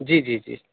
جی جی جی